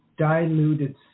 diluted